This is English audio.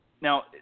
Now